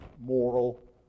moral